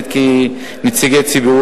לרצח.